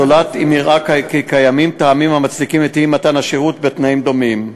זולת אם הראה כי קיימים טעמים המצדיקים את אי-מתן השירות בתנאים דומים.